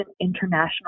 international